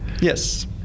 Yes